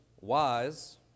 wise